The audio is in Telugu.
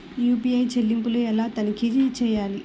యూ.పీ.ఐ చెల్లింపులు ఎలా తనిఖీ చేయాలి?